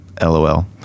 LOL